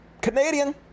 Canadian